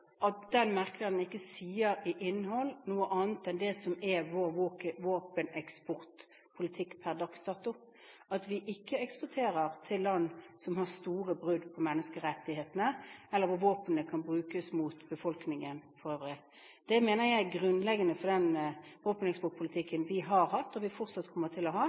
at den merknaden ikke sier i innhold noe annet enn det som er vår våpeneksportpolitikk per dags dato, at vi ikke eksporterer til land som har store brudd på menneskerettighetene, eller hvor våpnene kan brukes mot befolkningen for øvrig. Det mener jeg er grunnleggende for den våpeneksportpolitikken vi har hatt og fortsatt kommer til å ha,